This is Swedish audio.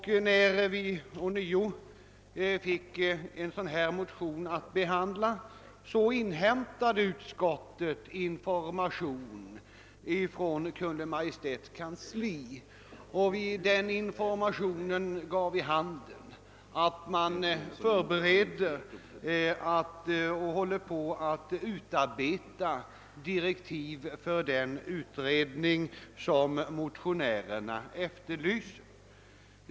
När vi ånyo fick en motion att behandla i detta ämne, inhämtade utskottet informationer från Kungl. Maj:ts kansli. Den informationen gav vid handen att man håller på att utarbeta direktiv för den utredning som motionärerna efterlyser.